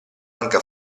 anche